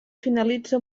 finalitza